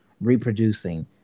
reproducing